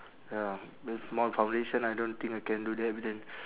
ya very small foundation I don't think I can do that but then